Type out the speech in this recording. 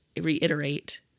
reiterate